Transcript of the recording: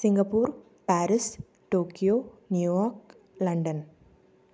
Singapore Paris Tokyo New York London